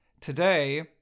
Today